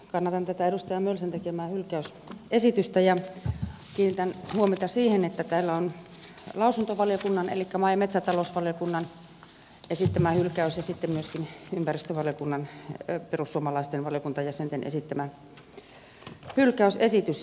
kannatan tätä edustaja mölsän tekemää hylkäysesitystä ja kiinnitän huomiota siihen että täällä on lausuntovaliokunnan elikkä maa ja metsätalousvaliokunnan esittämä hylkäys ja sitten myöskin ympäristövaliokunnan perussuomalaisten valiokuntajäsenten esittämä hylkäysesitys